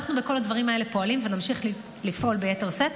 אנחנו בכל הדברים האלה פועלים ונמשיך לפעול ביתר שאת.